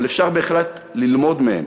אבל אפשר בהחלט ללמוד מהם.